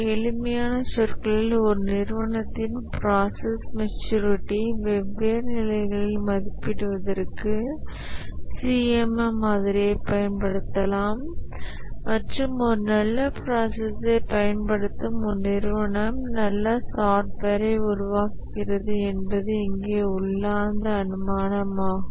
எளிமையான சொற்களில் ஒரு நிறுவனத்தின் ப்ராசஸ் மெச்சூரிட்டி வெவ்வேறு நிலைகளில் மதிப்பிடுவதற்கு CMM மாதிரியைப் பயன்படுத்தலாம் மற்றும் ஒரு நல்ல ப்ராசஸ்ஸை பயன்படுத்தும் ஒரு நிறுவனம் நல்ல சாஃப்ட்வேரை உருவாக்குகிறது என்பது இங்கே உள்ளார்ந்த அனுமானமாகும்